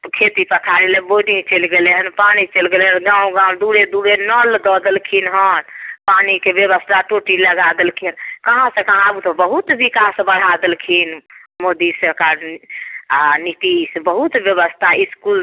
खेती पथारी लए बोडिंग चलि गेलै हन पानि चलि गेलै हन गाँव गाँव दुरे दुरे नल दऽ देलखिन हँ पानि के व्यवस्टोथा टी लगा देलखिन कहाँ सऽ कहाँ आब तऽ बहुत बिकास बढा देलखिन मोदी सरकार आ नीतीश बहुत बेवस्था स्कूल